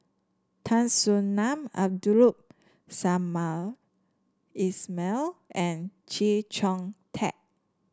Tan Soo Nan Samad Ismail and Chee Chong Tat